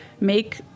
make